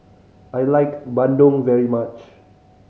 I like bandung very much